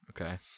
Okay